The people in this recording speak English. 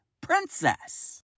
princess